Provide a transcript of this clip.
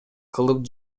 кылып